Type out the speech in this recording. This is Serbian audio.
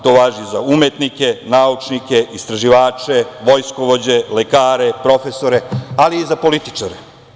To važi i za umetnike, naučnike, istraživače, vojskovođe, lekare, profesore, ali i za političare.